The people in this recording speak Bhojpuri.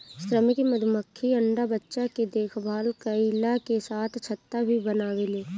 श्रमिक मधुमक्खी अंडा बच्चा के देखभाल कईला के साथे छत्ता भी बनावेले